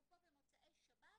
אפרופו, במוצאי שבת